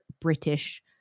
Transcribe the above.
British